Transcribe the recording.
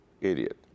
idiot